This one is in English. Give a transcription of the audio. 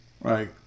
Right